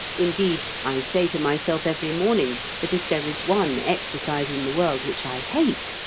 indeed, i say to myself every morning that if there is one exercise in the world which i hate,